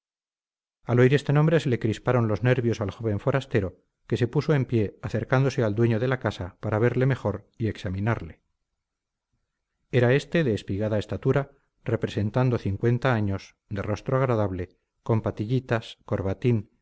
al oír este nombre se le crisparon los nervios al joven forastero que se puso en pie acercándose al dueño de la casa para verle mejor y examinarle era este de espigada estatura representando cincuenta años de rostro agradable con patillitas corbatín